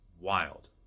wild